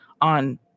on